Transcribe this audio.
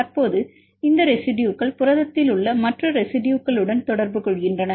தற்போது இந்த ரெசிடுயுகள் புரதத்தில் உள்ள மற்ற ரெசிடுயுகளுடன் தொடர்பு கொள்கின்றன